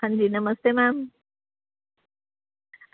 अंजी नमस्ते मैम